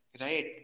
Right